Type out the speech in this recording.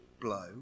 blow